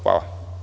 Hvala.